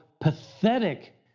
pathetic